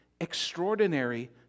extraordinary